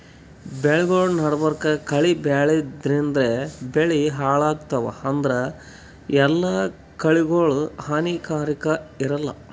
ಬೆಳಿಗೊಳ್ ನಡಬರ್ಕ್ ಕಳಿ ಬೆಳ್ಯಾದ್ರಿನ್ದ ಬೆಳಿ ಹಾಳಾಗ್ತಾವ್ ಆದ್ರ ಎಲ್ಲಾ ಕಳಿಗೋಳ್ ಹಾನಿಕಾರಾಕ್ ಇರಲ್ಲಾ